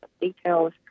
details